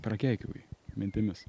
prakeikiau jį mintimis